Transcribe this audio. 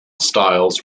styles